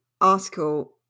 article